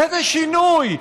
איזה שינוי,